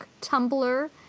Tumblr